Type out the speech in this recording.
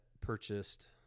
purchased